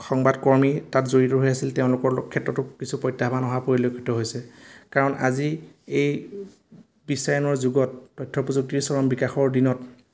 সংবাদকৰ্মী তাত জড়িত হৈ আছিল তেওঁলোকৰ ক্ষেত্ৰতো কিছু প্ৰত্যাহ্বান অহা পৰিলক্ষিত হৈছে কাৰণ আজি এই বিশ্বায়নৰ যুগত তথ্য প্ৰযুক্তিৰ চৰম বিকাশৰ দিনত